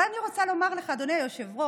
אבל אני רוצה לומר לך, אדוני היושב-ראש,